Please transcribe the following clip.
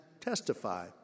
testify